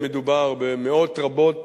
מדובר במאות רבות